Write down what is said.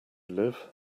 live